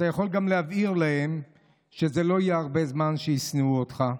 אתה יכול גם להבהיר להם שזה לא יהיה הרבה זמן שישנאו אותך,